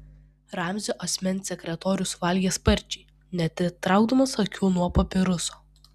ramzio asmens sekretorius valgė sparčiai neatitraukdamas akių nuo papiruso